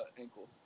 ankle